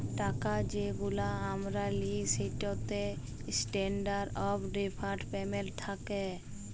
টাকা যেগুলা আমরা লিই সেটতে ইসট্যান্ডারড অফ ডেফার্ড পেমেল্ট থ্যাকে